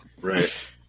Right